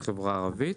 חברה ערבית.